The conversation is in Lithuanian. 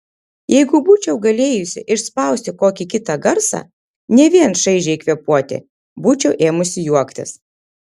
jeigu būčiau galėjusi išspausti kokį kitą garsą ne vien šaižiai kvėpuoti būčiau ėmusi juoktis